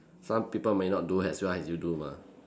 some people may not do as well as you do mah